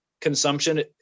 consumption